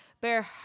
Bear